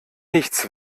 nichts